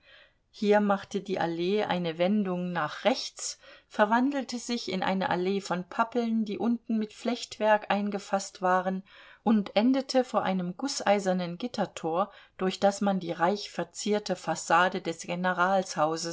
hier machte die allee eine wendung nach rechts verwandelte sich in eine allee von pappeln die unten mit flechtwerk eingefaßt waren und endete vor einem gußeisernen gittertor durch das man die reich verzierte fassade des